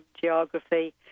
geography